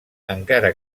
encara